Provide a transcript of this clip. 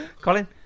Colin